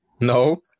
no